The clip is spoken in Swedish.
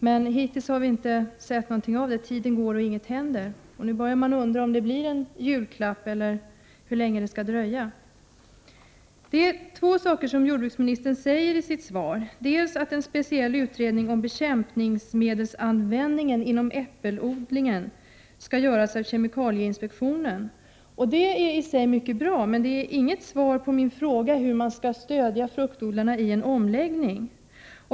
Men hittills har vi inte sett någonting av det. Tiden går, och ingenting händer. Nu börjar man undra om det blir en julklapp eller om det kommer att dröja ännu längre. Jordbruksministern ger i sitt svar två besked. För det första säger han att en speciell utredning om bekämpningsmedelsanvändningen inom äppelodlingen skall göras av kemikalieinspektionen. Det är i sig mycket bra, men det är inget svar på min fråga hur man skall stödja fruktodlarna vid en omläggning.